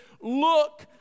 look